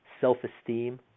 self-esteem